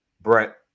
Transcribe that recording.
Brett